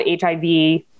HIV